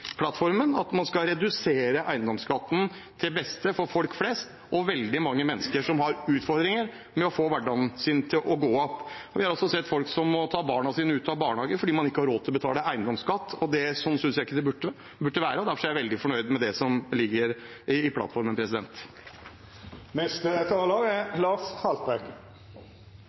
plattformen, at man skal redusere eiendomsskatten til beste for folk flest og veldig mange mennesker som har utfordringer med å få hverdagen sin til å gå opp. Vi har sett folk som må ta barna sine ut av barnehage fordi man ikke har råd til å betale eiendomsskatt, og sånn synes jeg ikke det burde være. Derfor er jeg veldig fornøyd med det som ligger i plattformen. To dager før den nye regjeringsplattformen ble lagt fram, fikk vi vite hva som er